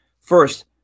First